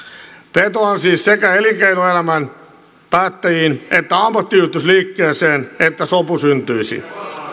vetoan siis sekä elinkeinoelämän päättäjiin että ammattiyhdistysliikkeeseen että sopu syntyisi